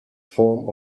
form